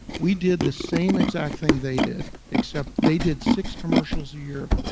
we did the same exact thing they did, except they did six commercials a year.